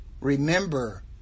Remember